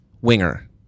winger